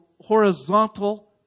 horizontal